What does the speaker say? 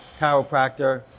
chiropractor